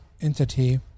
entity